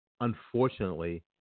unfortunately